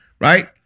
right